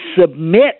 submit